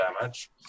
damage